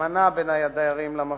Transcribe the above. אמנה בין הדיירים למפעיל,